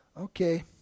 okay